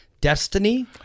Destiny